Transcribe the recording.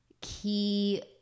key